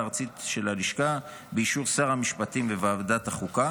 הארצית של הלשכה באישור שר המשפטים וועדת החוקה,